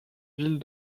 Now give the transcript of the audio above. ville